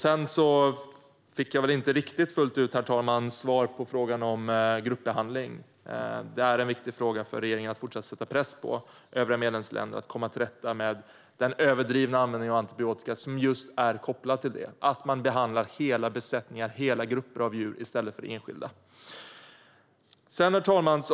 Jag fick inte riktigt fullt ut svar på frågan om gruppbehandling. Det är en viktig fråga för regeringen att fortsatt sätta press på övriga medlemsländer att komma till rätta med den överdrivna användningen av antibiotika som är kopplad till just det att man behandlar hela besättningar, hela grupper av djur, i stället för enskilda. Herr talman!